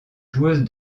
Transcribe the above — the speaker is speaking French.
joueuse